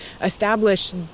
establish